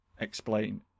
explain